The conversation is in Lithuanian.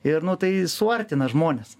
ir nu tai suartina žmones